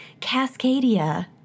Cascadia